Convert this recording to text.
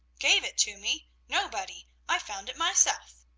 gave it to me? nobody. i found it myself.